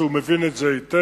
שהוא מבין את זה היטב.